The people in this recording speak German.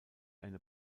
eine